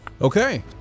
Okay